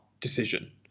decision